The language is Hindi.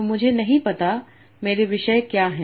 तो मुझे नहीं पता मेरे विषय क्या हैं